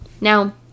Now